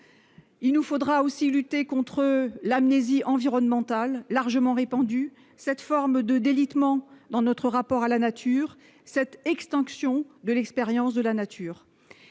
il nous faudra aussi lutter contre l'amnésie environnementale, largement répandue, cette forme de délitement dans notre rapport à la nature cette extinction de l'expérience de la nature